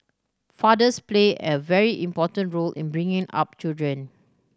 fathers play a very important role in bringing up children